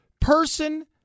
person